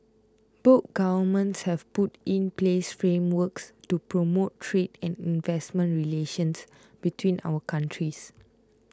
both governments have put in place frameworks to promote trade and investment relations between our countries